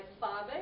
father